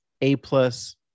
A-plus